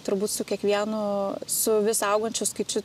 turbūt su kiekvienu su vis augančiu skaičiu